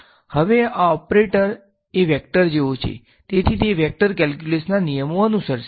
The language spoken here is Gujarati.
હવે આ ઓપરેટર્સ એ વેક્ટર જેવો છે તેથી તે વેક્ટર કેલ્ક્યુલસ ના નિયમો અનુસરશે